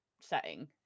setting